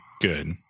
good